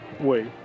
wait